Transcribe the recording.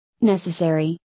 necessary